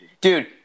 Dude